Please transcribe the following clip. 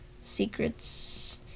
Secrets